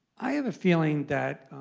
i have a feeling that